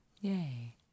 yay